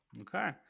Okay